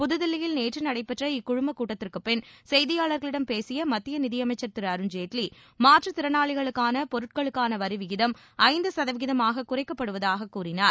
புதுதில்லியில் நேற்று நடைபெற்ற இக்குழும கூட்டத்திற்குப்பின் செய்தியாளர்களிடம் பேசிய மத்திய நிதியமைச்சர் திரு அருண்ஜேட்லி மாற்றுத்திறனாளிகளுக்கான பொருட்களுக்கான வரிவிகிதம் ஐந்து சதவீதமாக குறைக்கப்படுவதாகக் கூறினார்